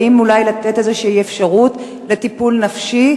באים אולי לתת איזו אפשרות לטיפול נפשי,